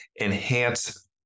enhance